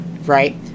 Right